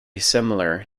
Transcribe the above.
similar